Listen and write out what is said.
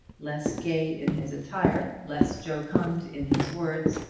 less gay in his attire, less jocund in his words,